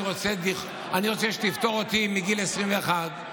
אני רוצה שתפטור אותי מגיל 21,